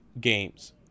games